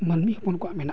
ᱢᱟᱹᱱᱢᱤ ᱦᱚᱯᱚᱱ ᱠᱚᱣᱟᱜ ᱢᱮᱱᱟᱜᱼᱟ